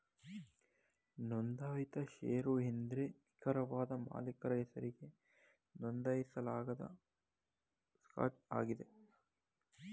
ನೊಂದಾಯಿತ ಶೇರು ಎಂದ್ರೆ ನಿಖರವಾದ ಮಾಲೀಕರ ಹೆಸರಿಗೆ ನೊಂದಾಯಿಸಲಾದ ಸ್ಟಾಕ್ ಆಗಿದೆ